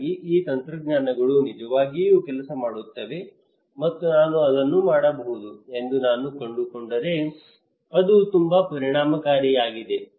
ಹಾಗಾಗಿ ಈ ತಂತ್ರಜ್ಞಾನಗಳು ನಿಜವಾಗಿಯೂ ಕೆಲಸ ಮಾಡುತ್ತವೆ ಮತ್ತು ನಾನು ಅದನ್ನು ಮಾಡಬಹುದು ಎಂದು ನಾನು ಕಂಡುಕೊಂಡರೆ ಅದು ತುಂಬಾ ಪರಿಣಾಮಕಾರಿಯಾಗಿದೆ